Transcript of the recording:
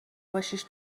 باشیش